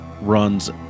runs